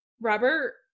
Robert